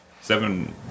seven